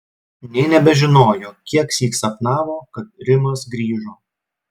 nė nebežinojo kieksyk sapnavo kad rimas grįžo